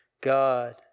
God